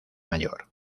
mayor